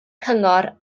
cyngor